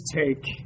take